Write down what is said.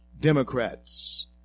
Democrats